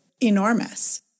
enormous